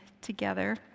together